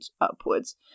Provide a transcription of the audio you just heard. upwards